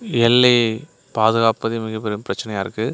எல்லையை பாதுகாப்பதே மிகப் பெரிய பிரச்சினையா இருக்குது